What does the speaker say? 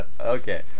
Okay